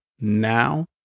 now